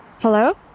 Hello